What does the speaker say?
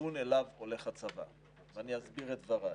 הכיוון אליו הולך הצבא, ואני אסביר את דבריי.